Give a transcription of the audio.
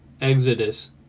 Exodus